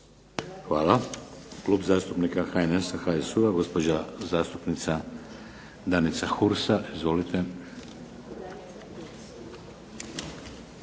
Hvala. Klub zastupnika HNS-a, HSU-a, gospođa zastupnica Danica Hursa. Izvolite.